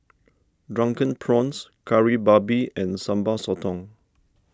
Drunken Prawns Kari Babi and Sambal Sotong